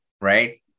right